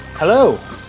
Hello